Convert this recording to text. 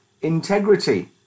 integrity